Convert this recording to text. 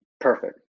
perfect